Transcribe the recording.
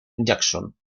jackson